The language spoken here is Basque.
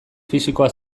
fisikoa